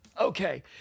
Okay